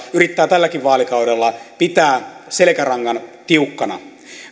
yrittää tälläkin vaalikaudella pitää selkärangan tiukkana